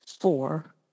four